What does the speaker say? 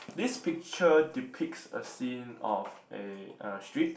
this picture depicts a scene of a a street